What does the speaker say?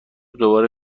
دوباره